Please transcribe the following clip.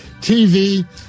TV